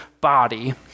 body